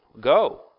Go